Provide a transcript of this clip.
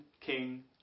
King